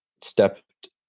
stepped